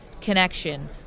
connection